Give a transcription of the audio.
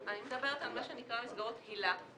אני מדברת על מה שנקרא מסגרות היל"ה,